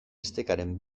estekaren